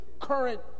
current